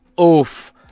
Oof